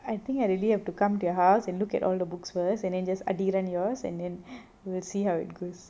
I think I really have to come to your house and look at all the books first and are these ones yours and then we'll see how it goes